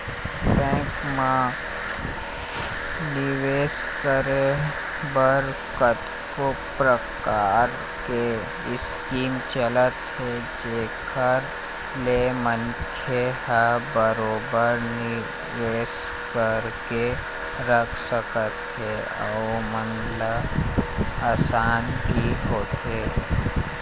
bank म निवेस करे बर कतको परकार के स्कीम चलत हे जेखर ले मनखे ह बरोबर निवेश करके रख सकत हवय